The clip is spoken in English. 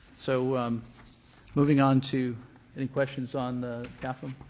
so moving onto any questions on